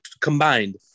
combined